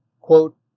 quote